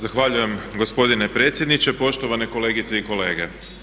Zahvaljujem gospodine predsjedniče, poštovane kolegice i kolege.